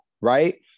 right